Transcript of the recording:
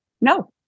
No